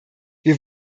wir